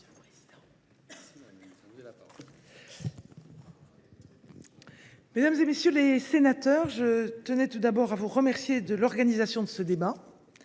mesdames, messieurs les sénateurs, je tiens tout d’abord à vous remercier de l’organisation de ce débat.